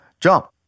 jump